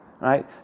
right